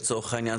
לצורך העניין,